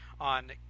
on